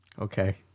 Okay